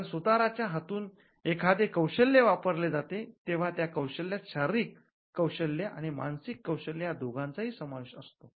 कारण सुताराच्या हातातून एखादे कौशल्य वापरले जाते तेव्हा त्या कौशल्यात शारीरिक कौशल्य आणि मानसिक कौशल्य या दोघांचाही समावेश असतो